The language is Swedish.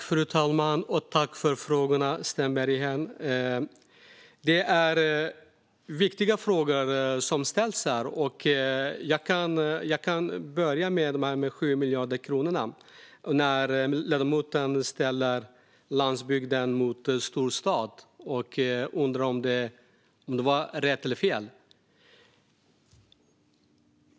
Fru talman! Tack för frågorna, Sten Bergheden! Det är viktiga frågor. Jag kan börja med de 7 miljarderna. Ledamoten ställer landsbygden mot storstaden och undrar om det var rätt eller fel.